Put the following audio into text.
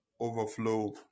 overflow